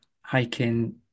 hiking